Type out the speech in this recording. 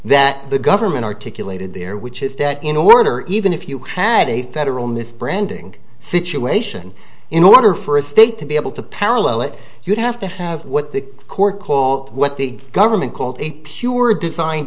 that the government articulated there which is that in order even if you had a federal misbranding situation in order for a state to be able to parallel it you'd have to have what the court called what the government called